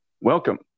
Welcome